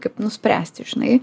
kaip nuspręsti žinai